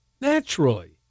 naturally